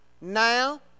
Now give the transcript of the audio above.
now